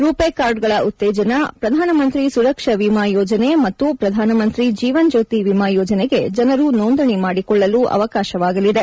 ರುಪೇಕಾರ್ಡ್ಗಳ ಉತ್ತೇಜನ ಪ್ರಧಾನಮಂತ್ರಿ ಸುರಕ್ಷಾ ವಿಮಾ ಯೋಜನೆ ಮತ್ತು ಪ್ರಧಾನಮಂತ್ರಿ ಜೀವನ್ಜ್ಣೋತಿ ವಿಮಾ ಯೋಜನೆಗೆ ಜನರು ನೋಂದಣಿ ಮಾಡಿಕೊಳ್ಳಲು ಅವಕಾಶವಾಗಲಿದೆ